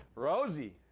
rosie.